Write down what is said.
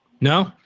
No